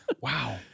Wow